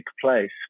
place